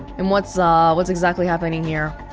and what's ah, what's exactly happening here?